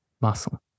muscle